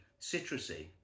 citrusy